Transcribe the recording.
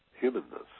humanness